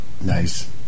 Nice